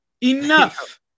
Enough